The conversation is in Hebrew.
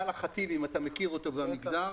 אם אתה מכיר את עבדאללה חטיב מהמגזר,